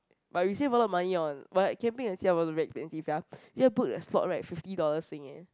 but we saved a lot of money on but camping and expensive sia here put a slot right fifty dollars Sing eh